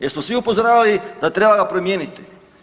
Jesmo svi upozoravali da treba ga promijeniti?